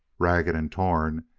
ragged and torn,